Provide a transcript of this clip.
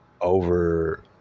Over